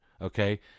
Okay